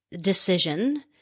decision